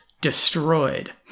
destroyed